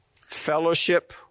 Fellowship